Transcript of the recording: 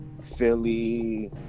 philly